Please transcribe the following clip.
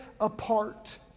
apart